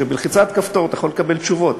שבלחיצת כפתור אתה יכול לקבל תשובות,